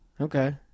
Okay